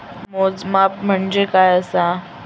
मोजमाप म्हणजे काय असा?